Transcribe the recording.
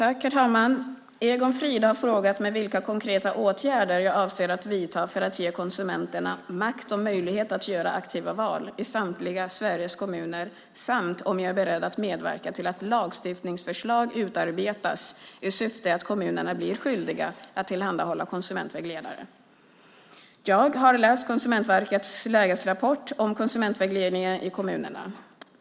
Herr talman! Egon Frid har frågat mig vilka konkreta åtgärder jag avser att vidta för att ge konsumenterna "makt och möjlighet att göra aktiva val" i samtliga Sveriges kommuner samt om jag är beredd att medverka till att lagstiftningsförslag utarbetas i syfte att kommunerna blir skyldiga att tillhandahålla konsumentvägledare. Jag har läst Konsumentverkets lägesrapport om konsumentvägledningen i kommunerna.